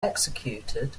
executed